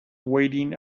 waiting